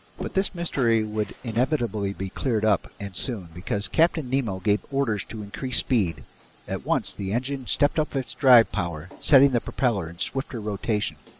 but this mystery would inevitably be cleared up, and soon, because captain nemo gave orders to increase speed at once the engine stepped up its drive power, setting the propeller in swifter rotation.